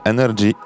Energy